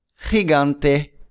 Gigante